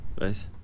nice